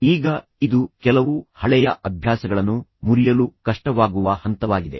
ಈಗ ಇದು ಕೆಲವು ಹಳೆಯ ಅಭ್ಯಾಸಗಳನ್ನು ಮುರಿಯಲು ಕಷ್ಟವಾಗುವ ಹಂತವಾಗಿದೆ